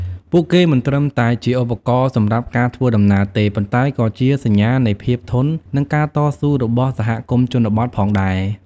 ពួកគេមិនត្រឹមតែជាឧបករណ៍សម្រាប់ការធ្វើដំណើរទេ ប៉ុន្តែក៏ជាសញ្ញានៃភាពធន់និងការតស៊ូរបស់សហគមន៍ជនបទផងដែរ។